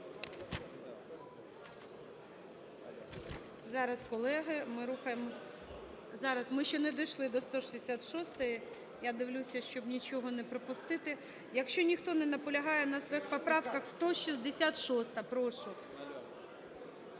Зараз, колеги, ми рухаємося… Зараз, ми ще не дійшли до 166-ї, я дивлюся, щоб нічого не пропустити. Якщо ніхто не наполягає на своїх поправках, 166-а, прошу.